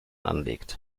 anlegt